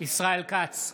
ישראל כץ,